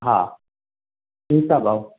हा ठीकु आहे भाऊ